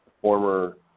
former